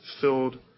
filled